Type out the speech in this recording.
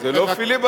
זה לא פיליבסטר.